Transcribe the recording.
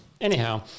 Anyhow